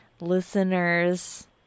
listeners